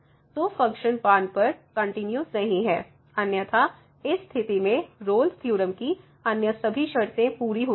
तो फ़ंक्शन 1 पर कंटिन्यूस नहीं है अन्यथा इस स्थिति में रोल्स थ्योरम Rolle's Theorem की अन्य सभी शर्तें पूरी होती हैं